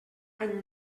any